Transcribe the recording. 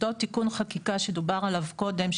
אותו תיקון חקיקה שדובר עליו קודם,